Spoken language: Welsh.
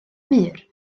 mur